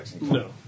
No